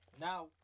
now